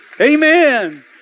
Amen